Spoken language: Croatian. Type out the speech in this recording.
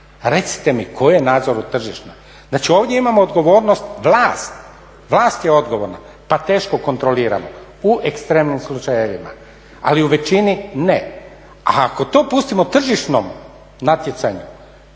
recite mi … je nadzoru tržišna. Znači ovdje imamo odgovornost vlast, vlast je odgovorna pa teško kontroliramo, u ekstremnim slučajevima, ali u većini ne. A ako to pustimo tržišnom natjecanju